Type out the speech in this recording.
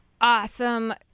Awesome